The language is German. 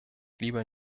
lieber